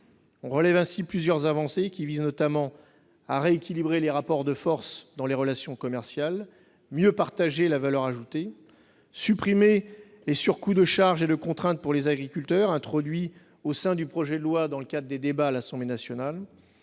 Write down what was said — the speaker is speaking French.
on relève plusieurs avancées visant notamment à rééquilibrer les rapports de force dans les relations commerciales, à mieux partager la valeur ajoutée, à supprimer les surcoûts de charges et de contraintes pour les agriculteurs qui ont été introduits lors des débats à l'Assemblée nationale,